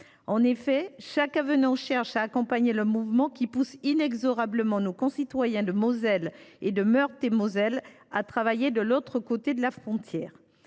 En effet, chaque avenant vise à accompagner le mouvement qui pousse inexorablement nos concitoyens de Moselle et de Meurthe et Moselle à travailler de l’autre côté de la frontière.